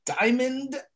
Diamond